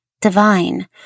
Divine